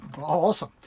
Awesome